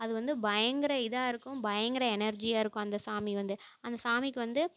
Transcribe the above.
அது வந்து பயங்கர இதாக இருக்கும் பயங்கரமா எனர்ஜியாக இருக்கும் அந்த சாமி வந்து அந்த சாமிக்கு வந்து